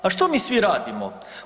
A što mi svi radimo?